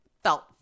felt